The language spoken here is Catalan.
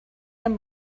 amb